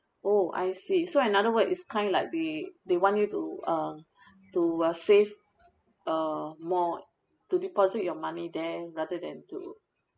oh I see so another word is kinda like they they want you to uh to uh save uh more to deposit your money there rather than to